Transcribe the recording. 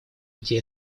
где